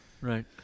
Right